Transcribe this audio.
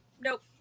nope